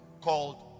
called